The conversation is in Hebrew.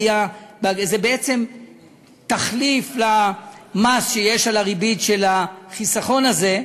ובעצם זה תחליף למס שיש על הריבית של החיסכון הזה: